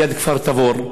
ליד כפר-תבור,